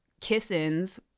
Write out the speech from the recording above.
kiss-ins